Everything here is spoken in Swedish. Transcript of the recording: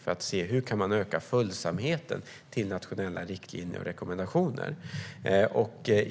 Den ska se hur man kan öka följsamheten till nationella riktlinjer och rekommendationer.